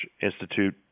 Institute